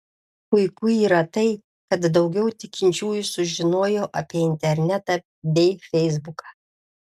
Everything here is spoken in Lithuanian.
puiku yra tai kad daugiau tikinčiųjų sužinojo apie internetą bei feisbuką